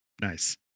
Nice